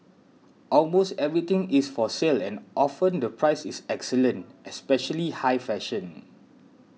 almost everything is for sale and often the price is excellent especially high fashion